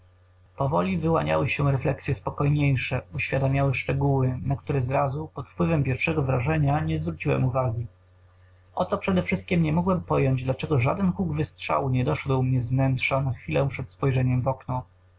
powoli wyłaniały się refleksye spokojniejsze uświadamiały szczegóły na które zrazu pod wpływem pierwszego wrażenia nie zwróciłem uwagi oto przedewszystkiem nie mogłem pojąć dlaczego żaden huk wystrzału nie doszedł mnie z wnętrza na chwilę przed spojrzeniem w okno